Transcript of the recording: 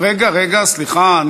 רגע, סליחה.